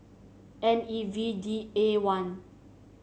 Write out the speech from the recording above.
N E V D A one